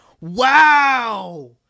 wow